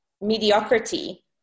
mediocrity